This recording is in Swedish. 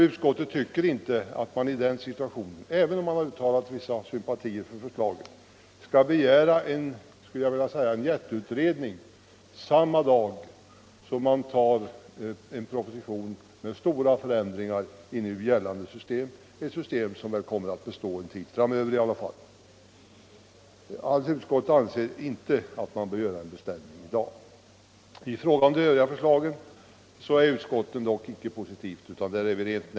Utskottet tycker, även om man har uttalat vissa sympatier för förslaget, att man i den situationen inte kan begära en jätteutredning samma dag som riksdagen bifaller en proposition med stora förändringar i nu gällande system, ett system som väl kommer att bestå, åtminstone en tid framöver. Utskottet anser alltså att man inte bör göra någon beställning i dag. I fråga om övriga förslag är utskottet inte positivt.